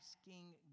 asking